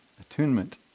Attunement